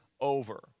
over